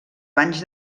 banys